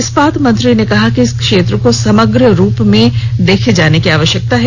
इस्पात मंत्री ने कहा कि इस क्षेत्र को समग्र रूप में देखे जाने की आवश्यरकता है